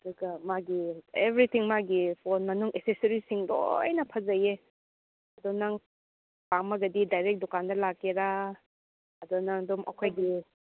ꯑꯗꯨꯒ ꯃꯥꯒꯤ ꯑꯦꯕ꯭ꯔꯤꯊꯤꯡ ꯃꯥꯒꯤ ꯐꯣꯟ ꯃꯅꯨꯡ ꯑꯦꯛꯁꯦꯁꯁꯔꯤꯁꯁꯤꯡ ꯂꯣꯏꯅ ꯐꯖꯩꯌꯦ ꯑꯗꯣ ꯅꯪ ꯄꯥꯝꯂꯒꯗꯤ ꯗꯥꯏꯔꯦꯛ ꯗꯨꯀꯥꯟꯗ ꯂꯥꯛꯀꯦꯔꯥ ꯑꯗꯣ ꯅꯪ ꯑꯗꯨꯝ ꯑꯩꯈꯣꯏꯒꯤ